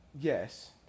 yes